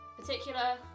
particular